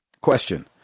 Question